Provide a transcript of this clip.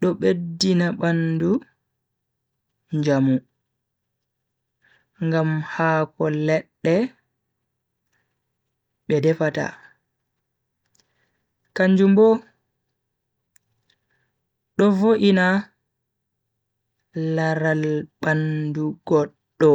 do beddina bandu njamu ngam haako ledde be defata kanjum Bo do vo'ina laral bandu goddo.